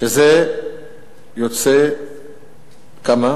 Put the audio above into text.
שזה יוצא כמה?